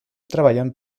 treballant